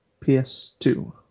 PS2